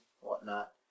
whatnot